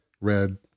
red